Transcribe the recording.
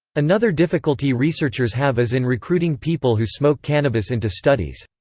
another difficulty researchers have is in recruiting people who smoke cannabis into studies.